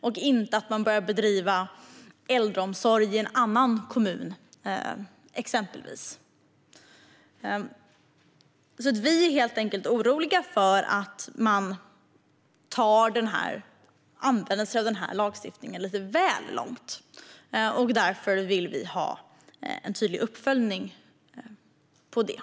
De ska inte börja bedriva exempelvis äldreomsorg i en annan kommun. Vi är helt enkelt oroliga för att man använder sig av denna lagstiftning i lite väl stor utsträckning. Därför vill vi ha en tydlig uppföljning av detta.